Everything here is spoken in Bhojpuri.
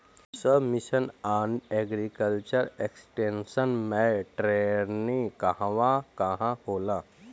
सब मिशन आन एग्रीकल्चर एक्सटेंशन मै टेरेनीं कहवा कहा होला?